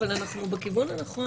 אבל אנחנו בכיוון הנכון.